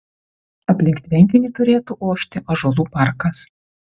aplink tvenkinį turėtų ošti ąžuolų parkas